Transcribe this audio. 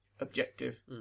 objective